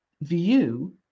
view